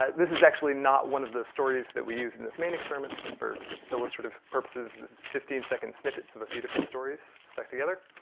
ah this is actually not one of the stories that we use in this main experiment. it's just for illustrative purposes. this is fifteen second snippets of a few different stories, stuck together.